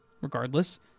Regardless